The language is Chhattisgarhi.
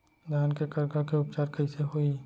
धान के करगा के उपचार कइसे होही?